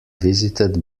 visited